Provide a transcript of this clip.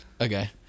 Okay